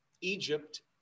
Egypt